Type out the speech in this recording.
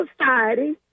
society